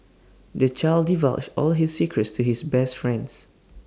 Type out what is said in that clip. the child divulged all his secrets to his best friends